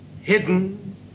hidden